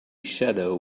shadow